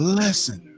lesson